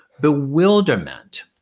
bewilderment